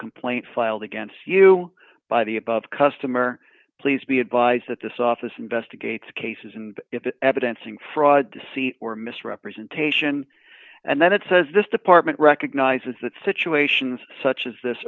complaint filed against you by the above customer please be advised that this office investigates cases and evidence and fraud deceit or misrepresentation and then it says this department recognizes that situations such as this